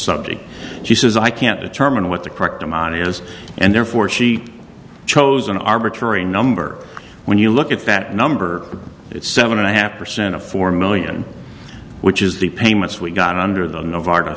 subject she says i can't determine what the correct amount is and therefore she chose an arbitrary number when you look at that number it's seven and a half percent of four million which is the payments we got under the nova